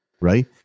Right